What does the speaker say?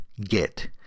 get